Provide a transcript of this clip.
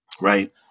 right